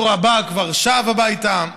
הדור הבא כבר שב הביתה.